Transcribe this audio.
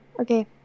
okay